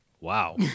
Wow